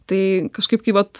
tai kažkaip kai vat